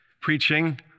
preaching